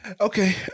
Okay